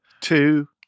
Two